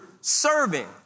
serving